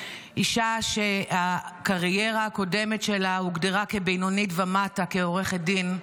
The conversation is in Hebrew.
אישה שהקריירה הקודמת שלה הוגדרה כבינונית ומטה כעורכת דין,